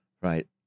right